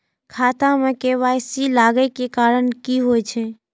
खाता मे के.वाई.सी लागै के कारण की होय छै?